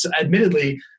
admittedly